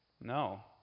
No